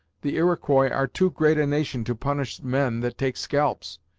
the iroquois are too great a nation to punish men that take scalps.